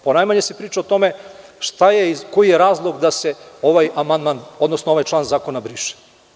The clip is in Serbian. Ponajmanje se priča o tome šta je i koji je razlog da se ovaj amandman, odnosno ovaj član zakona briše.